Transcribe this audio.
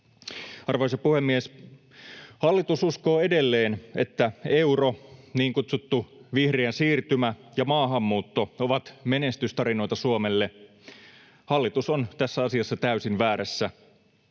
Arvoisa puhemies! Hallitus uskoo edelleen, että euro, niin kutsuttu vihreä siirtymä ja maahanmuutto ovat menestystarinoita Suomelle. Hallitus on tässä asiassa täysin väärässä.